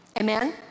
Amen